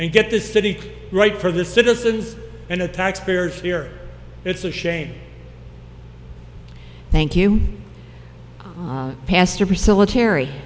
you get this city right for the citizens and the taxpayers fear it's a shame thank you pastor priscilla terr